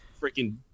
freaking